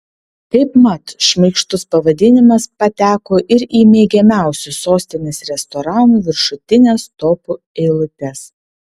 kaip mat šmaikštus pavadinimas pateko ir į mėgiamiausių sostinės restoranų viršutines topų eilutes